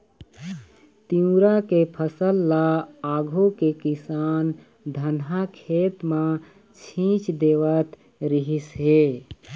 तिंवरा के फसल ल आघु के किसान धनहा खेत म छीच देवत रिहिस हे